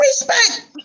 respect